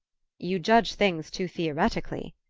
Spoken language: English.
you judge things too theoretically,